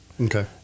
Okay